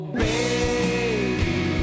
baby